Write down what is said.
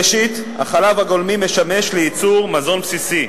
ראשית, החלב הגולמי משמש לייצור מזון בסיסי.